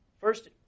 First